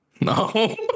No